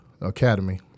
academy